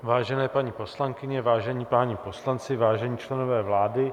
Vážené paní poslankyně, vážení páni poslanci, vážení členové vlády.